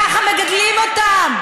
ככה מגדלים אותם,